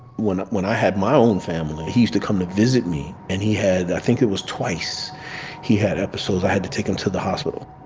when when i had my own family, he used to come and visit me. and he had i think it was twice he had episodes. i had to take him to the hospital.